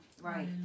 Right